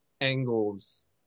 angles